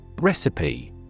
Recipe